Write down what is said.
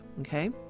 Okay